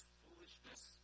foolishness